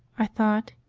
i thought.